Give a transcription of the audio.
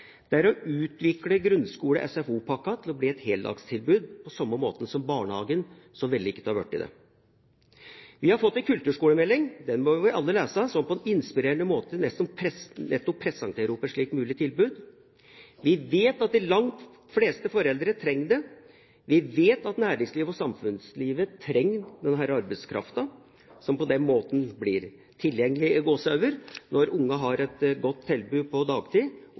litt imot å utvikle grunnskole/SFO-pakken til å bli et heldagstilbud, på samme måten som barnehagen så vellykket har blitt det. Vi har fått en kulturskolemelding – den må vi alle lese – som på en inspirerende måte nettopp presenterer et slikt mulig tilbud. Vi vet at de langt fleste foreldre trenger det, vi vet at næringslivet og samfunnslivet trenger den arbeidskraften som på denne måten blir «tilgjengelig» når ungene har et godt tilbud på dagtid.